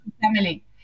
family